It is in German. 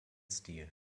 stil